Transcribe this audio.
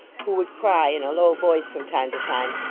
who would cry in a low voice from time to time,